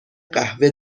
قهوه